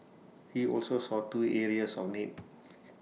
he also saw two areas of need